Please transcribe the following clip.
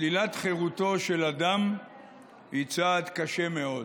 שלילת חירותו של אדם היא צעד קשה מאוד,